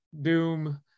doom